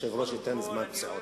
היושב-ראש ייתן זמן פציעות.